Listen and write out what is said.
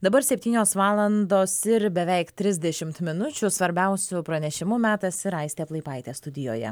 dabar septynios valandos ir beveik trisdešimt minučių svarbiausių pranešimų metas ir aistė plaipaitė studijoje